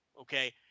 okay